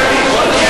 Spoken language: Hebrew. למה?